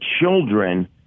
children